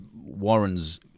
Warren's